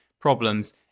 problems